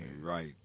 Right